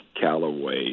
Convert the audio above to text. Callaway